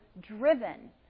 driven